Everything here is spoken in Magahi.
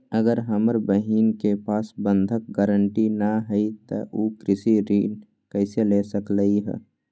अगर हमर बहिन के पास बंधक गरान्टी न हई त उ कृषि ऋण कईसे ले सकलई ह?